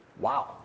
Wow